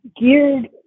geared